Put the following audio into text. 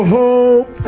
hope